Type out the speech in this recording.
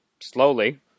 slowly